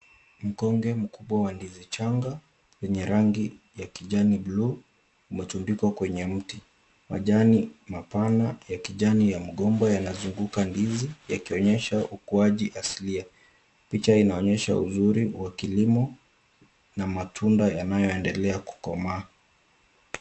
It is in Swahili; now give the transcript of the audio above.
Mkonge mkubwa wa ndizi changa yenye rangi ya kijani buluu umetundikwa kwenye mti. Majani mapana ya kijani ya mgomba yanazunguka ndizi yakionyesha ukuaji asilia. Picha inaonyesha uzuri wa kilimo na matunda yanayoendelea kukomaa.